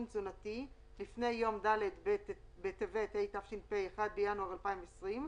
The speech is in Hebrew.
תזונתי לפני יום ד' בטבת התש"ף (1 בינואר 2020),